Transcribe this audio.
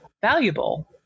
valuable